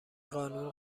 قانون